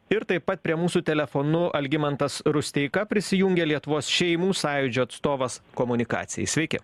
ir taip pat prie mūsų telefonu algimantas rusteika prisijungė lietuvos šeimų sąjūdžio atstovas komunikacijai sveiki